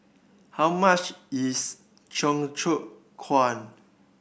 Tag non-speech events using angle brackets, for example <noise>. how much is <unintelligible>